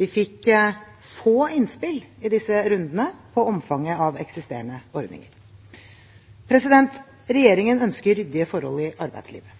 Vi fikk få innspill i disse rundene på omfanget av eksisterende ordninger. Regjeringen ønsker ryddige forhold i arbeidslivet.